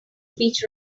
speech